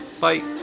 Bye